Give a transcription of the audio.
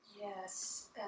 Yes